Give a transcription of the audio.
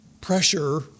pressure